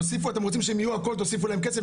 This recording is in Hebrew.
אתם רוצים שהן יהיו הכל, תוסיפו להן כסף.